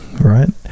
right